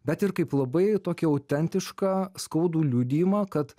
bet ir kaip labai tokį autentišką skaudų liudijimą kad